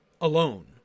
alone